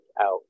Out